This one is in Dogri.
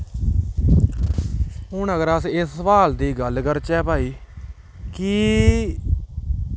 हून अगर अस इस सवाल दी गल्ल करचै भाई कि